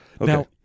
Now